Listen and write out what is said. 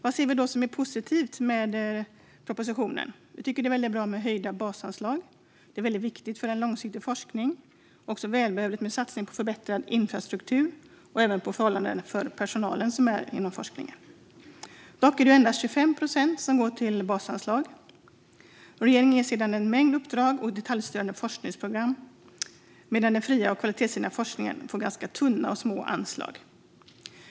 Vad ser vi då som är positivt med propositionen? Vi tycker att det är väldigt bra med höjda basanslag. Det är väldigt viktigt för en långsiktig forskning. Det är också välbehövligt med en satsning på förbättrad infrastruktur och även på personalförhållanden inom forskningen. Dock är det endast 25 procent som går till basanslag. Regeringen ger sedan en mängd uppdrag och detaljstyrande forskningsprogram, medan den fria och kvalitetsdrivande forskningen får tunna och små anslag.